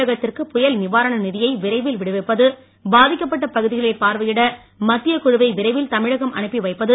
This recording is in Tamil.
தமிழகத்திற்கு புயல் நிவாரண நிதியை விரைவில் விடுவிப்பது பாதிக்கப்பட்ட பகுதிகளை பார்வையிட மத்தியக் குழுவை விரைவில் தமிழகம் அனுப்பி வைப்பது